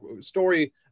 story